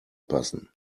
passen